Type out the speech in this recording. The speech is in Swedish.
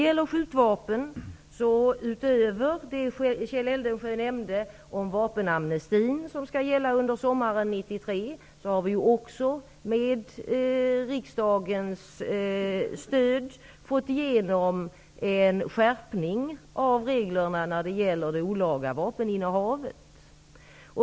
Utöver det som Kjell Eldensjö sade om vapenamnestin, som skall gälla under sommaren 1993, har regeringen med riksdagens stöd fått igenom en skärpning av reglerna om olaga vapeninnehav.